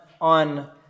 on